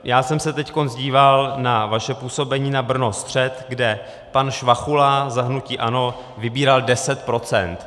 Já jsem se teď díval na vaše působení na Brnostřed, kde pan Švachula za hnutí ANO vybíral 10 %.